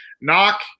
knock